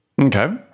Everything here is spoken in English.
Okay